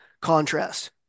contrast